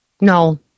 No